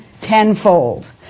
tenfold